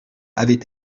avaient